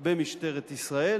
במשטרת ישראל.